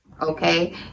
okay